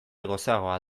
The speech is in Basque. gozoagoa